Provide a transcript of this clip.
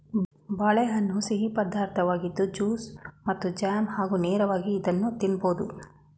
ಬಾಳೆಹಣ್ಣು ಸಿಹಿ ಪದಾರ್ಥವಾಗಿದ್ದು ಜ್ಯೂಸ್ ಮತ್ತು ಜಾಮ್ ಹಾಗೂ ನೇರವಾಗಿ ಇದನ್ನು ತಿನ್ನಬೋದು